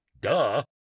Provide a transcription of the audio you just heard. duh